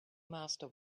master